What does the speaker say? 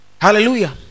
Hallelujah